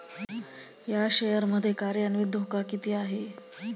या शेअर मध्ये कार्यान्वित धोका किती आहे?